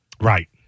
right